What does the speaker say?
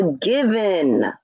given